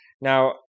now